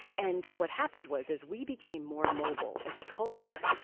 and what happened was as we became more mobile as a culture,